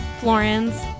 Florence